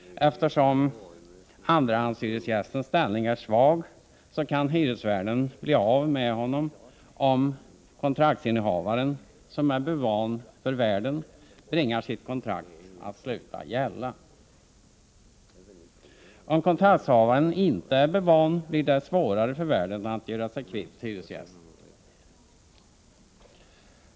Eftersom andrahandshyresgästens ställning är svag, kan hyresvärden bli av med honom om kontraktsinnehavaren, som är bulvan för värden, bringar sitt kontrakt att sluta gälla. Om kontraktshavaren inte är bulvan, blir det svårare för värden att göra sig kvitt hyresgästen.